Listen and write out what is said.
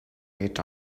eat